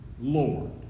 Lord